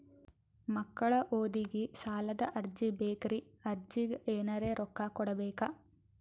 ಮಕ್ಕಳ ಓದಿಗಿ ಸಾಲದ ಅರ್ಜಿ ಬೇಕ್ರಿ ಅರ್ಜಿಗ ಎನರೆ ರೊಕ್ಕ ಕೊಡಬೇಕಾ?